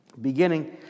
beginning